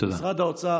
משרד האוצר,